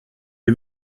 les